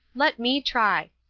let me try.